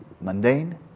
mundane